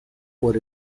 por